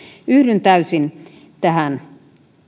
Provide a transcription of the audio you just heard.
yhdyn täysin tähän